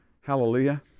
Hallelujah